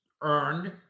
earned